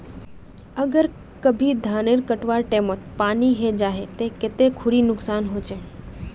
अगर कभी धानेर कटवार टैमोत पानी है जहा ते कते खुरी नुकसान होचए?